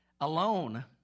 Alone